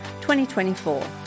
2024